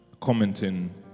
commenting